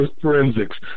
forensics